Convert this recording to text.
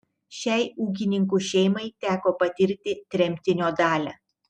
šiai ūkininkų šeimai teko patirti tremtinio dalią